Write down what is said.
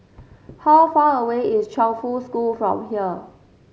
how far away is Chongfu School from here